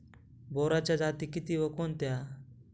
बोराच्या जाती किती व कोणत्या?